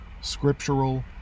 scriptural